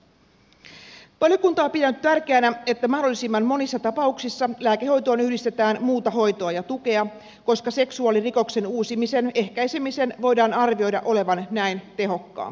valiokunta on pitänyt tärkeänä että mahdollisimman monissa tapauksissa lääkehoitoon yhdistetään muuta hoitoa ja tukea koska seksuaalirikoksen uusimisen ehkäisemisen voidaan arvioida olevan näin tehokkaampaa